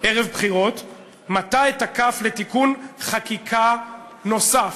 ערב בחירות, מטה את הכף לתיקון חקיקה נוסף.